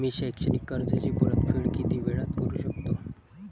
मी शैक्षणिक कर्जाची परतफेड किती वेळात करू शकतो